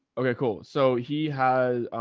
okay, cool. so he has,